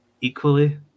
equally